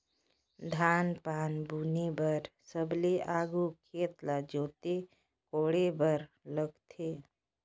धान पान बुने बर सबले आघु खेत ल जोते कोड़े बर लगथे